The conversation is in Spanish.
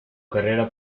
carrera